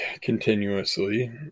continuously